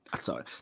Sorry